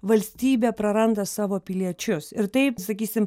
valstybė praranda savo piliečius ir taip sakysim